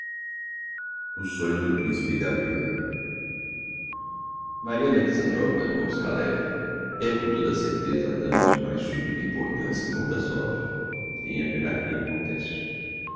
o sonho do principe gavrila i maria alexandrovna moskalev é com toda a certeza a dama de mais subida importancia em mordassov nem haverá quem